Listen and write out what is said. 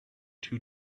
too